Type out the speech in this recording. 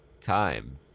time